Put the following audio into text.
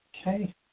Okay